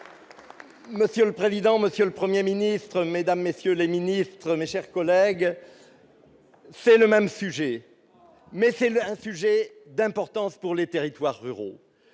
Monsieur le président, Monsieur le 1er Ministre Mesdames, messieurs les ministres, mes chers collègues, c'est le même sujet mais c'est là un sujet d'importance pour les territoires ruraux,